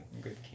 Good